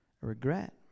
regret